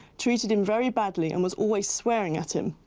treated him very badly and was always swearing at him.